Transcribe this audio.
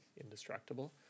indestructible